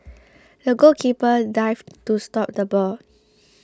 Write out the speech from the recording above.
the goalkeeper dived to stop the ball